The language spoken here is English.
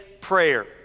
prayer